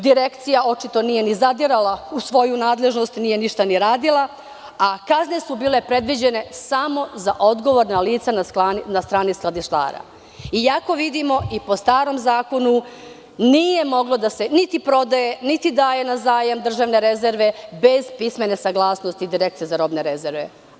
Direkcija, očito nije zadirala u svoju nadležnost, nije ništa ni radila, a kazne su bile predviđene samo za odgovorna lica na strani skladištara, iako vidimo po starom zakonu nije moglo da se niti prodaje, niti daje na zajam državne rezerve bez pismene saglasnosti Direkcije za robne rezerve.